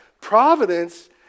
Providence